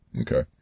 okay